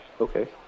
okay